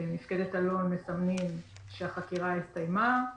מפקדת אלון מסמנים שהחקירה הסתיימה,